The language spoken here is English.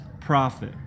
prophet